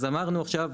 אז אמרנו עכשיו,